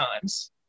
times